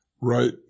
right